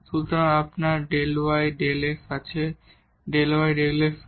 সুতরাং আপনার Δ y Δ x আছে Δ y Δ x কি